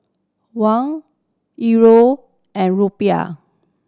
Won Euro and Rupiah